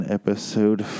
episode